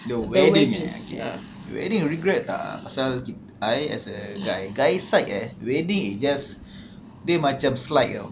the wedding eh okay the wedding regret tak pasal ki~ I as a guy guy's side eh wedding is just dia macam slide [tau]